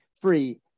free